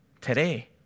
today